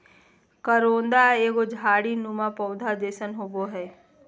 करोंदा एगो झाड़ी नुमा पौधा जैसन होबो हइ